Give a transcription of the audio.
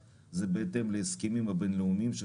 באמת אנחנו היינו בהיקפי פיקוח